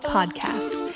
Podcast